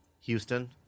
Houston